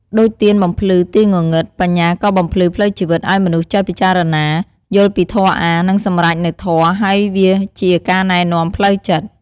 ដូចទៀនបំភ្លឺទីងងឹត បញ្ញាក៏បំភ្លឺផ្លូវជីវិតឲ្យមនុស្សចេះពិចារណា យល់ពីធម៌អាថ៌ និងសម្រេចនូវធម៌ ហើយវាជា ការណែនាំផ្លូវចិត្ត។